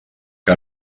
que